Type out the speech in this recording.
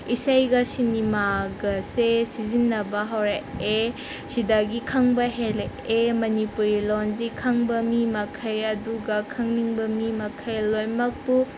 ꯏꯁꯩꯒ ꯁꯤꯅꯦꯃꯥꯒꯁꯦ ꯁꯤꯖꯤꯟꯅꯕ ꯍꯧꯔꯛꯑꯦ ꯁꯤꯗꯒꯤ ꯈꯪꯕ ꯍꯦꯜꯂꯛꯑꯦ ꯃꯅꯤꯄꯨꯔꯤ ꯂꯣꯟꯁꯤ ꯈꯪꯕ ꯃꯤ ꯃꯈꯩ ꯑꯗꯨꯒ ꯈꯪꯅꯤꯡꯕ ꯃꯤ ꯃꯈꯩ ꯂꯣꯏꯅꯃꯛꯄꯨ